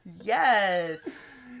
yes